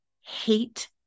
hate